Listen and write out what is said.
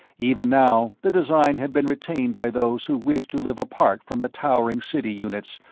even now, the design had been retained by those who wished to live apart from the towering city units,